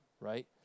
right